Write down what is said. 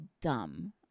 dumb